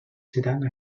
seran